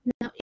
Now